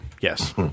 Yes